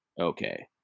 okay